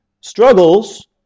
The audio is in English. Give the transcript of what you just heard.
struggles